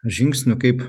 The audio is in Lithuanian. žingsnių kaip